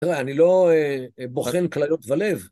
תראה, אני לא בוחן כליות ולב.